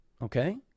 Okay